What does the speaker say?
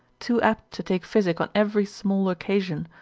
too apt to take physic on every small occasion,